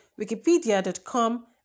Wikipedia.com